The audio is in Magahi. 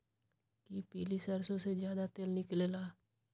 कि पीली सरसों से ज्यादा तेल निकले ला?